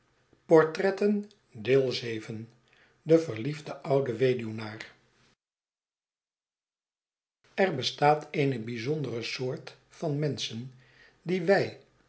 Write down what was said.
de verliefde oude weduwnaar er bestaat eene bijzondere soort van menschen die wij